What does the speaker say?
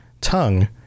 tongue